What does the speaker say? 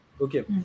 okay